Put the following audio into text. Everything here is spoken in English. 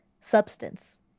substance